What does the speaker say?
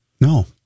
No